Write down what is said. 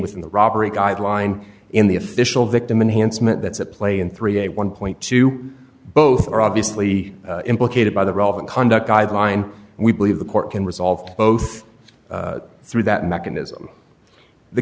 within the robbery guideline in the official victim enhanced met that's at play in three a one dollar both are obviously implicated by the relevant conduct guideline we believe the court can resolve both through that mechanism the